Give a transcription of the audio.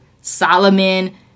Solomon